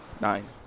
Nine